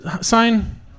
sign